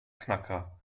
knacker